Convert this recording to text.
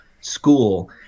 school